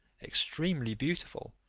extremely beautiful,